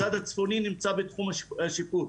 הצד הצפוני נמצא בתחום השיפוט.